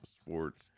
Sports